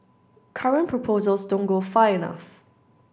current proposals don't go far enough